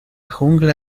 jungla